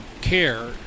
care